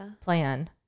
plan